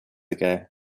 ago